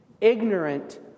ignorant